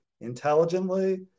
intelligently